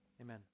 amen